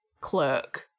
clerk